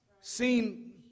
seen